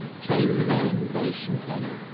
came the men, bass and tenor,